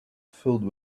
filled